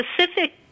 specific